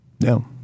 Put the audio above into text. no